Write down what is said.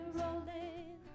rolling